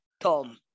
Tom